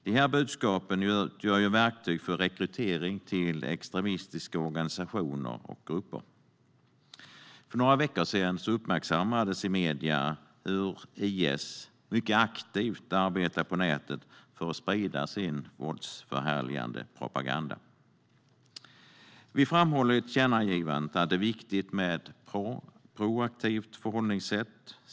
De här budskapen utgör verktyg för rekrytering till extremistiska organisationer och grupper. För några veckor sedan uppmärksammades i medierna hur IS mycket aktivt arbetar på nätet för att sprida sin våldsförhärligande propaganda. Vi framhåller i tillkännagivandet att det är viktigt med ett proaktivt förhållningssätt.